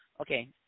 Okay